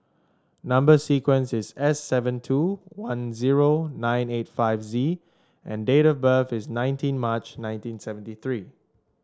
number sequence is S seven two one zero nine eight five Z and date of birth is nineteen March nineteen seventy three